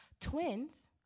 twins